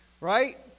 right